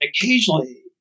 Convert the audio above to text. Occasionally